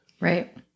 Right